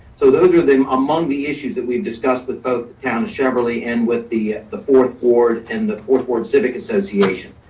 so those are among the issues that we've discussed with both the town of cheverly and with the the fourth ward and the fourth ward civic association.